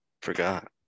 forgot